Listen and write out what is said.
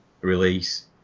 release